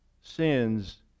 sins